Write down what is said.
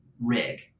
rig